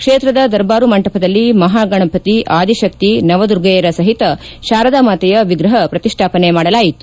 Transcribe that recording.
ಕ್ಷೇತ್ರದ ದರ್ಬಾರು ಮಂಟಪದಲ್ಲಿ ಮಹಾಗಣಪತಿ ಆದಿಶಕ್ತಿ ನವದುರ್ಗೆಯರ ಸಹಿತ ಶಾರದಾ ಮಾತೆಯ ವಿಗ್ರಹ ಪ್ರತಿಷ್ಲಾಪನೆ ಮಾಡಲಾಯಿತು